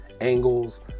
angles